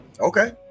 Okay